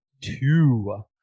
Two